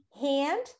hand